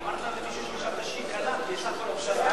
מישהי שהיא כלה,